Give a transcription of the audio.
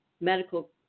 medical